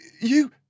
you